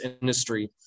industry